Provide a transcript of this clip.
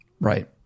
right